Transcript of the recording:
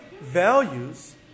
values